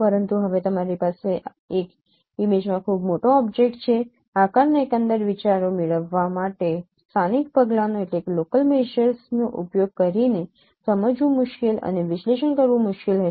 પરંતુ હવે તમારી પાસે એક ઇમેજમાં ખૂબ મોટો ઓબ્જેક્ટ છે આકારના એકંદર વિચારો મેળવવા માટે સ્થાનિક પગલાંનો ઉપયોગ કરીને સમજવું મુશ્કેલ અને વિશ્લેષણ કરવું મુશ્કેલ હશે